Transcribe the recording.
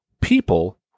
people